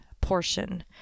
portion